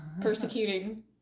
persecuting